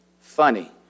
funny